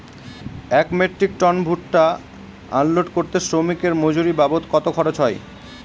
এক metric ton ভুট্টা unload করতে শ্রমিকের মজুরি বাবদ কত খরচ হয়?